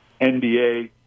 NBA